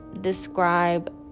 describe